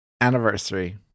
anniversary